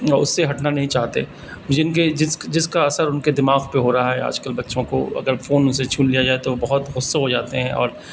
اس سے ہٹنا نہیں چاہتے جن کے جس جس کا اثر ان کے دماغ پہ ہو رہا ہے آج کل بچوں کو اگر فون ان سے چھین لیا جائے تو وہ بہت غصہ ہو جاتے ہیں اور